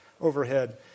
overhead